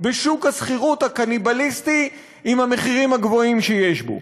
בשוק השכירות הקניבליסטי עם המחירים הגבוהים שיש בו,